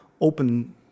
open